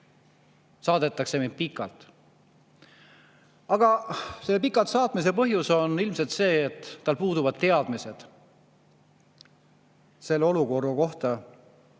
saadetakse sind pikalt. Pikalt saatmise põhjus on ilmselt see, et tal puuduvad teadmised selle olukorra kohta,